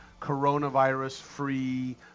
coronavirus-free